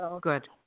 Good